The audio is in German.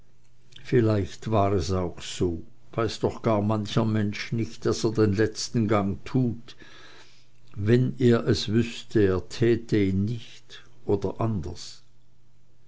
vielleicht war es auch so weiß doch gar mancher mensch nicht daß er den letzten gang tut wenn er es wüßte er täte ihn nicht oder anders